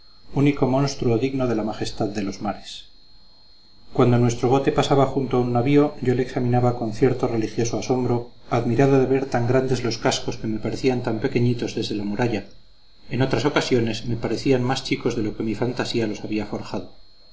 único monstruo digno de la majestad de los mares cuando nuestro bote pasaba junto a un navío yo le examinaba con cierto religioso asombro admirado de ver tan grandes los cascos que me parecían tan pequeñitos desde la muralla en otras ocasiones me parecían más chicos de lo que mi fantasía los había forjado